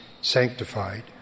Sanctified